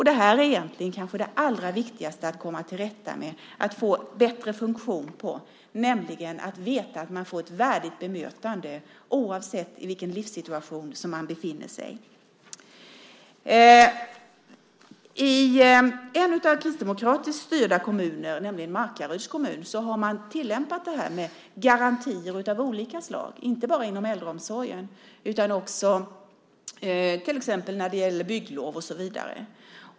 Det här är egentligen det kanske allra viktigaste att komma till rätta med och att få bättre funktion i - att veta att man får ett värdigt bemötande oavsett vilken livssituation man befinner sig i. I en av de kristdemokratiskt styrda kommunerna, nämligen Markaryds kommun, har man tillämpat det här med garantier av olika slag. Det gäller inte bara inom äldreomsorgen utan också till exempel när det gäller bygglov och så vidare.